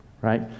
right